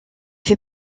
fait